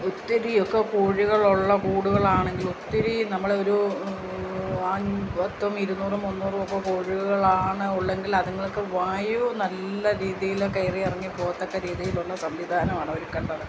ഒത്തിരി ഒക്കെ കോഴികളുള്ള കൂടുകളാണെങ്കിൽ ഒത്തിരി നമ്മളൊരു ആജ് പത്തും ഇരുന്നൂറും മുന്നൂറും ഒക്കെ കോഴികളാണ് ഉള്ളെങ്കിൽ അതുങ്ങൾക്ക് വായു നല്ല രീതിയിൽ കയറി ഇറങ്ങി പോകത്തക്ക രീതിയിലുള്ള സംവിധാനമാണ് ഒരുക്കേണ്ടത്